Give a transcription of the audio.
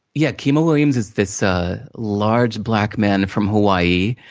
yeah kima williams is this ah large, black man from hawaii,